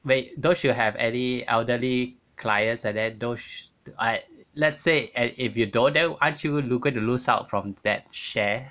when don't you have any elderly clients like that those like let's say and if you don't then aren't you lo~ going to lose out from that share